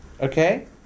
okay